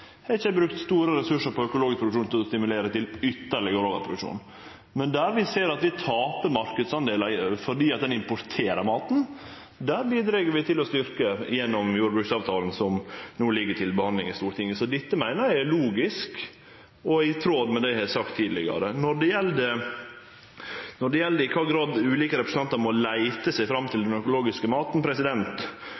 vi ikkje brukt store ressursar på økologisk produksjon for å stimulere til ytterlegare overproduksjon. Men der vi ser at vi taper marknadsdelar fordi vi importerer maten, bidreg vi til ei styrking gjennom jordbruksavtalen som no ligg til behandling i Stortinget. Så dette meiner eg er logisk og i tråd med det eg har sagt tidlegare. Når det gjeld i kva grad ulike representantar må leite seg fram til